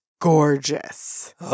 gorgeous